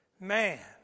Man